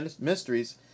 mysteries